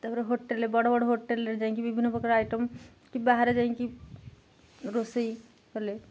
ତା'ପରେ ହୋଟେଲ୍ରେ ବଡ଼ ବଡ଼ ହୋଟେଲ୍ରେ ଯାଇକି ବିଭିନ୍ନ ପ୍ରକାର ଆଇଟମ୍ କି ବାହାରେ ଯାଇକି ରୋଷେଇ କଲେ